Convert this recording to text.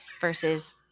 versus